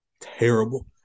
Terrible